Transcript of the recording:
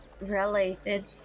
Related